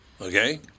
okay